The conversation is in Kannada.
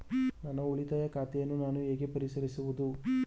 ನನ್ನ ಉಳಿತಾಯ ಖಾತೆಯನ್ನು ನಾನು ಹೇಗೆ ಪರಿಶೀಲಿಸುವುದು?